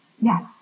Yes